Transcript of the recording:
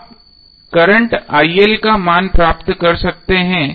आप करंट का मान प्राप्त कर सकते हैं